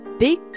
big